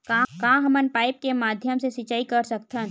का हमन पाइप के माध्यम से सिंचाई कर सकथन?